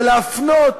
להפנות